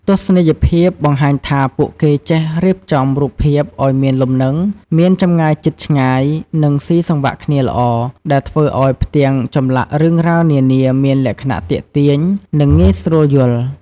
ទស្សនីយភាពបង្ហាញថា ពួកគេចេះរៀបចំរូបភាពឱ្យមានលំនឹង មានចម្ងាយជិតឆ្ងាយ និងស៊ីសង្វាក់គ្នាល្អ ដែលធ្វើឱ្យផ្ទាំងចម្លាក់រឿងរ៉ាវនានាមានលក្ខណៈទាក់ទាញ និងងាយស្រួលយល់។